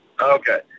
Okay